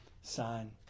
sign